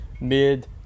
mid